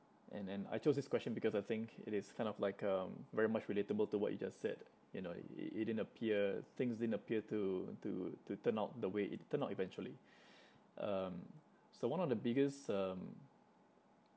and and I chose this question because I think it is kind of like um very much relatable to what you just said you know it it didn't appear things didn't appear to to to turn out the way it turned out eventually um so one of the biggest um